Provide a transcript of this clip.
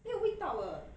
没有味道的